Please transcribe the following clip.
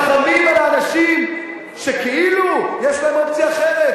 רחמים על האנשים שכאילו יש להם אופציה אחרת,